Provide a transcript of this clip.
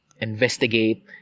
investigate